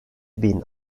bin